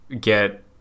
get